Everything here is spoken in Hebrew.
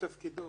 זה פה 3,000,